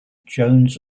jones